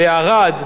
בערד,